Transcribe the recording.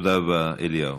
תודה רבה, אלי.